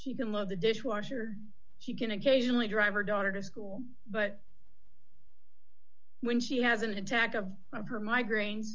he can load the dishwasher she can occasionally drive her daughter to school but when she has an attack of her migraine